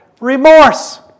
Remorse